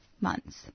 months